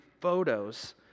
photos